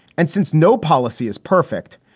and since no policy is perfect,